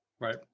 Right